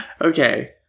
Okay